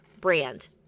brand